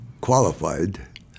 qualified